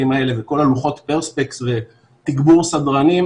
האלה וכל לוחות הפרספקס ותגבור סדרנים?